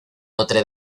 notre